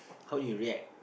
how you react